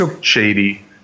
Shady